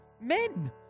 men